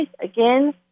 again